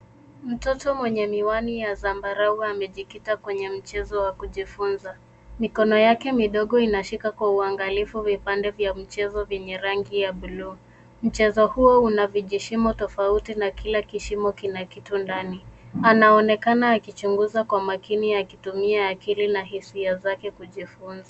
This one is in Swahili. Mtoto mwenye miwani ya zambarau amejikita kwenye mchezo wa kujifunza . Mikono yake midogo inashika kwa uangalifu vipande vya mchezo vyenye rangi ya buluu. Mchezo huo una vijishimo tofauti na kila kishimo kina kitu ndani. Anaonekana akichunguza kwa makini akitumia akili na hisia zake kujifunza.